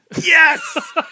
Yes